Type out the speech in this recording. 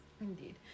Indeed